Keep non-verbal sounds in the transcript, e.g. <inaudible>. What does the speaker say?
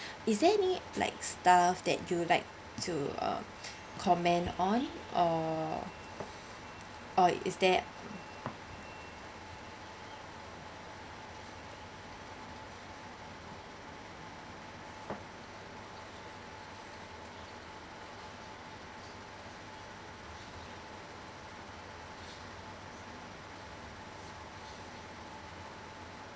<breath> is there any like staff that you like to uh comment on or or is there